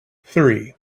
three